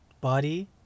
body